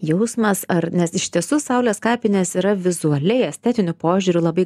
jausmas ar nes iš tiesų saulės kapinės yra vizualiai estetiniu požiūriu labai